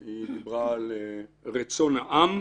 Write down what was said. היא דיברה על רצון העם,